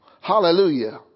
Hallelujah